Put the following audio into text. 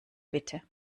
bitte